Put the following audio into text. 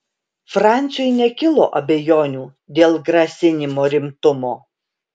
franciui nekilo abejonių dėl grasinimo rimtumo